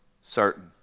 certain